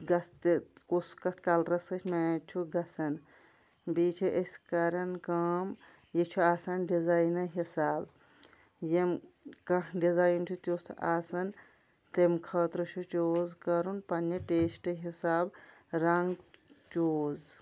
گژھ تہِ کُس کَتھ کَلرَس سۭتۍ میچ چھُ گژھان بیٚیہِ چھِ أسی کَران کٲم یہِ چھُ آسان ڈِزاینہٕ حِساب یِم کانٛہہ ڈِزایِن چھُ تیُٚتھ آسان تمۍ خٲطرٕ چھُ چوٗز پَنٛنہِ ٹیسٹ حِساب رنٛگ چوٗز